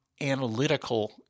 analytical